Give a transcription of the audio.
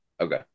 okay